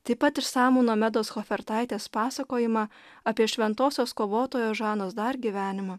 taip pat išsamų nomedos hofertaitės pasakojimą apie šventosios kovotojos žanos dark gyvenimą